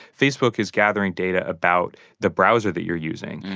facebook is gathering data about the browser that you're using.